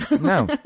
No